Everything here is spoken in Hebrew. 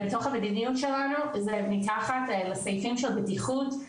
בתוך המדיניות שלנו זה מתחת לסעיפים של בטיחות,